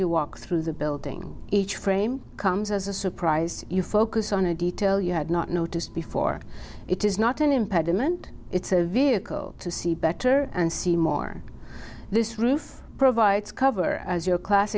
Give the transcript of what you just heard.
you walk through the building each frame comes as a surprise you focus on a detail you had not noticed before it is not an impediment it's a vehicle to see better and see more this roof provides cover as your class